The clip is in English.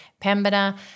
Pembina